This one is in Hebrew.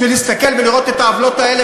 בשביל להסתכל ולראות את העוולות האלה